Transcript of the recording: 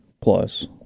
plus